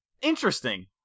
interesting